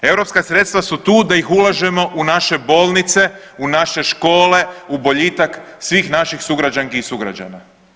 Europska sredstva su tu da ih ulažemo u naše bolnice, u naše škole u boljitak svih naših sugrađanki i sugrađana.